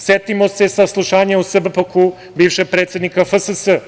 Setimo se saslušanja u SBPOK-u bivšeg predsednika FSS.